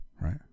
right